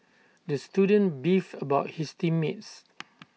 the student beefed about his team mates